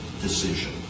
decision